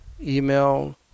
email